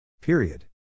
Period